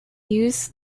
used